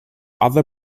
other